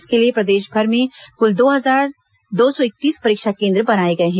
इसके लिए प्रदेशभर में कुल दो हजार दो सौ इकतीस परीक्षा केन्द्र बनाए गए हैं